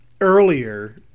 earlier